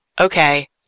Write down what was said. Okay